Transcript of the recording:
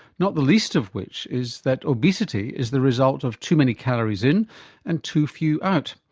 not the least of which is that obesity is the result of too many calories in and too few out.